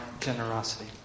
generosity